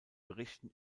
berichten